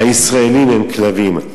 הישראלים הם כלבים.